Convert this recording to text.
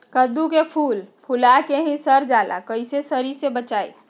कददु के फूल फुला के ही सर जाला कइसे सरी से बचाई?